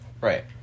Right